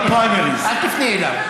אל תפנה אליו.